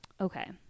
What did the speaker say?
Okay